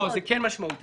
זה כן משמעותי.